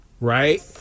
right